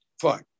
Fine